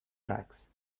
tracks